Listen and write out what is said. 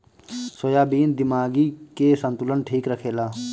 soybean दिमागी के संतुलन ठीक रखेला